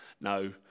no